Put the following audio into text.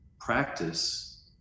practice